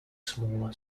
smaller